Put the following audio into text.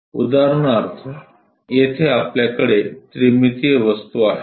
उदाहरणार्थ येथे आपल्याकडे त्रिमितीय वस्तू आहे